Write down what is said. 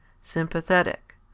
sympathetic